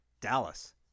Dallas